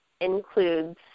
includes